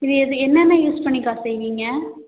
இது எது என்னென்ன யூஸ் பண்ணிக்கா செய்வீங்க